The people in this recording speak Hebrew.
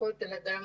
ונרצחים אלא גם